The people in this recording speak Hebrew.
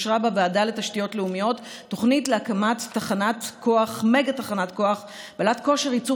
אושרה בוועדה לתשתיות לאומיות תוכנית להקמת מגה תחנת כוח בעלת כושר ייצור